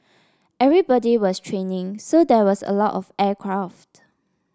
everybody was training so there was a lot of aircraft